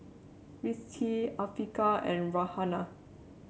Rizqi Afiqah and Raihana